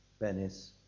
Venice